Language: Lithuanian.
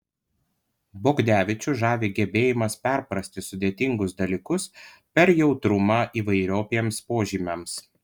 bogdevičių žavi gebėjimas perprasti sudėtingus dalykus per jautrumą įvairiopiems požymiams